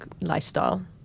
lifestyle